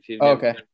Okay